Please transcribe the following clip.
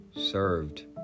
served